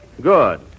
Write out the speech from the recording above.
Good